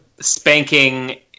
spanking